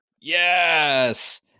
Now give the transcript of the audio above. Yes